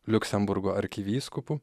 liuksemburgo arkivyskupu